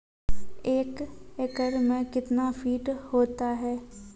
एक एकड मे कितना फीट होता हैं?